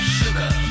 sugar